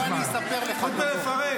בוא אני אספר לך ----- חוץ מלפרק